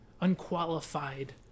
unqualified